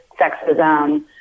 sexism